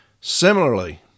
Similarly